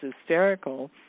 hysterical